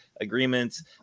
agreements